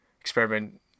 experiment